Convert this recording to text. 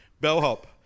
bellhop